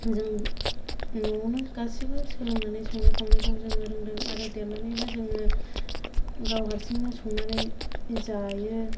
जों न'आवनो गासिबो सोलोंनानै संनाय खावनायखौ जोङो रोंदों आरो देरनानैबो जोङो गाव हारसिंनो संनानै जायो